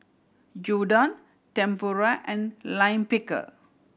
Gyudon Tempura and Lime Pickle